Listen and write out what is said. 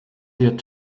wird